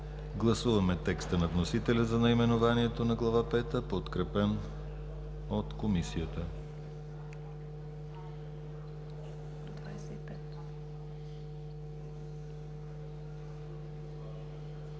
гласуване текста на вносителя за наименованието на Закона, подкрепен от Комисията.